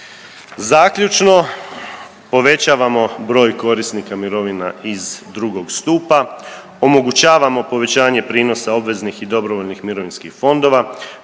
Zaključno, povećavamo broj korisnika mirovina iz II. stupa, omogućavamo povećanje prinosa obveznih i dobrovoljnih mirovinskih fondova,